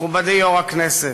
מכובדי יושב-ראש הכנסת,